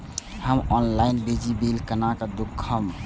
हम ऑनलाईन बिजली बील केना दूखमब?